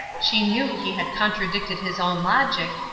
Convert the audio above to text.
she knew he had contradicted his own logic,